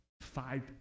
five